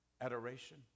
adoration